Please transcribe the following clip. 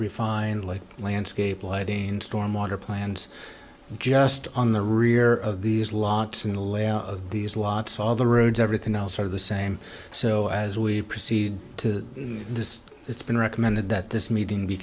refined like landscape lighting storm water plants just on the rear of these lot of these lots all the roads everything else are the same so as we proceed to this it's been recommended that this meeting be